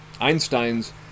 Einstein's